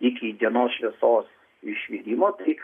iki dienos šviesos išvydimo tai